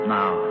now